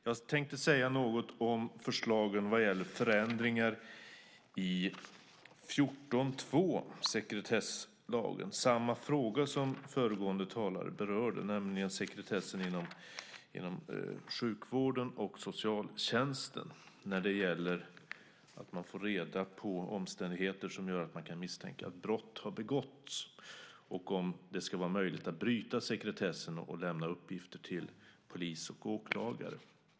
Jag tänkte säga något om förslagen vad gäller förändringar i 14 kap. 2 § sekretesslagen, samma fråga som föregående talare berörde, nämligen sekretessen inom sjukvården och socialtjänsten när man får reda på omständigheter som gör att man kan misstänka att brott har begåtts och om det ska vara möjligt att bryta sekretessen och lämna uppgifter till polis och åklagare.